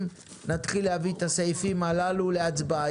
נתחיל להביא את הסעיפים הללו להצבעה.